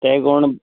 ते कोण